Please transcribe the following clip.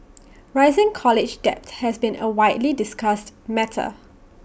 rising college debt has been A widely discussed matter